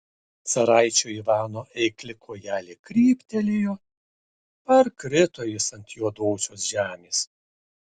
caraičio ivano eikli kojelė kryptelėjo parkrito jis ant juodosios žemės